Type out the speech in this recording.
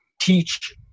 teach